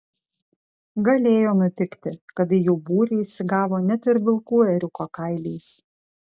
galėjo nutikti kad į jų būrį įsigavo net ir vilkų ėriuko kailiais